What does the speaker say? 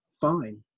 fine